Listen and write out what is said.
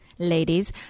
Ladies